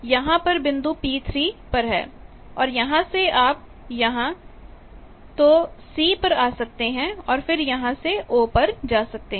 यहां आप बिंदु P3 पर है और यहां से आप यहां तो C पर आ सकते हैं और फिर यहां से O पर जा सकते हैं